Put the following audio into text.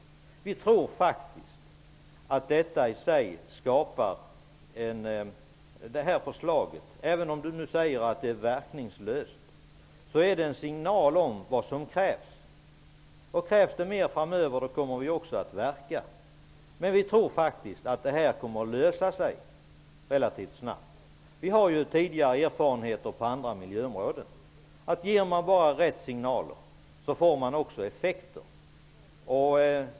Även om Jan Jennehag säger att det här förslaget är verkningslöst, är det en signal om vad som krävs. Krävs det mer framöver, kommer vi också att verka för det. Men vi tror faktiskt att det här kommer att lösa sig relativt snabbt. Vi har ju sedan tidigare erfarenheter på andra miljöområden som visar, att ger man bara rätt signaler så får man också effekter.